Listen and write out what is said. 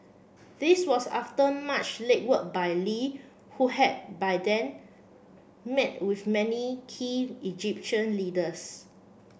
this was after much legwork by Lee who had by then met with many key Egyptian leaders